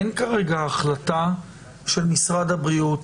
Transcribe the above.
אין כרגע החלטה של משרד הבריאות,